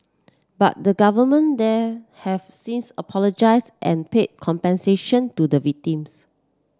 but the government there have since apologised and paid compensation to the victims